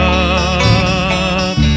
up